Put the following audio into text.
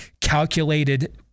calculated